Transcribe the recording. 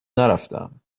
نرفتهام